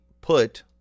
put